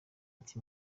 ati